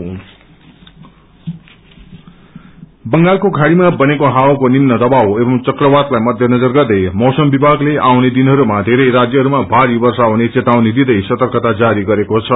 rain alert बंगालको खाड़ीमा बनेको हावाको निम्न दवाब एवं चक्रवातलाई मध्यनजर गर्दै मौसम विभागले आउने दिनहरूमा थेरै राज्यहरूमा भारी वर्षा हुने चेतावनी दिदै सर्तकता जारी गरेको छ